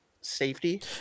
safety